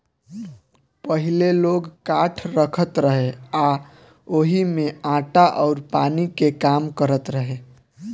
पहिले लोग काठ रखत रहे आ ओही में आटा अउर पानी के काम करत रहे